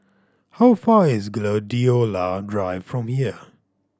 how far is Gladiola Drive from here